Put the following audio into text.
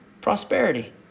Prosperity